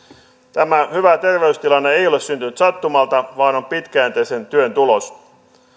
tämä hyvä terveystilanne ei ole syntynyt sattumalta vaan on pitkäjänteisen työn tulos